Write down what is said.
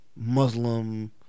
Muslim